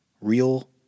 Real